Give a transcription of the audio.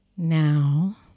now